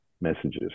messages